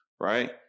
right